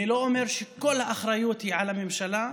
אני לא אומר שכל האחריות היא על הממשלה,